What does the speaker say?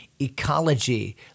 ecology